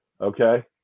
Okay